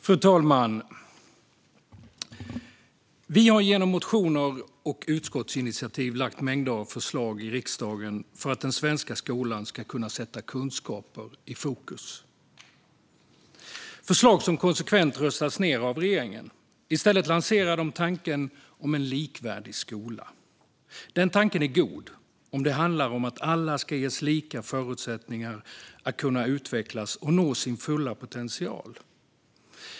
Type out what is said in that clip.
Fru talman! Vi har genom motioner och utskottsinitiativ lagt fram mängder av förslag i riksdagen för att den svenska skolan ska kunna sätta kunskaper i fokus. Det är förslag som konsekvent har röstats ned av regeringspartierna. I stället lanserar de tanken om en likvärdig skola. Den tanken är god, om det handlar om att alla ska ges lika förutsättningar att utvecklas och nå sin fulla potential.